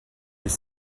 les